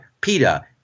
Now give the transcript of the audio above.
PETA